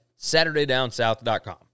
SaturdayDownSouth.com